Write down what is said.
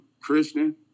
Christian